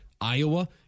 Iowa